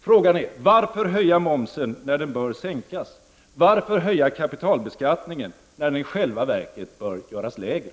Frågan är: Varför höja momsen när den bör sänkas? Varför höja kapitalbeskattningen när den i själva verket bör göras lägre?